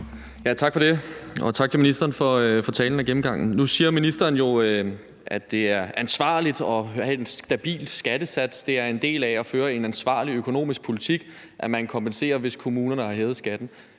Tak for det, og tak til ministeren for talen og gennemgangen. Nu siger ministeren jo, at det er ansvarligt at have en stabil skattesats, og at det er en del af at føre en ansvarlig økonomisk politik, at man kompenserer, hvis kommunerne har hævet skatten.